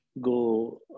go